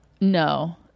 No